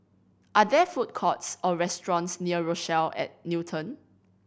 are there food courts or restaurants near Rochelle at Newton